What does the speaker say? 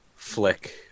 ...flick